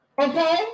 Okay